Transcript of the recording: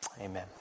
amen